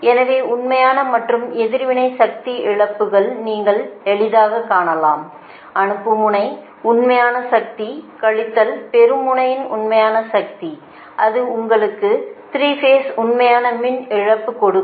எனவே உண்மையான மற்றும் எதிர்வினை சக்தி இழப்புகளை நீங்கள் எளிதாகக் காணலாம் அனுப்பும் முனை உண்மையான சக்தி கழித்தல் பெறும் முனையின் உண்மையான சக்தி அது உங்களுக்கு 3 பேஸ் உண்மையான மின் இழப்பை கொடுக்கும்